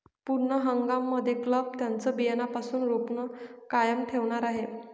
पूर्ण हंगाम मध्ये क्लब त्यांचं बियाण्यापासून रोपण कायम ठेवणार आहे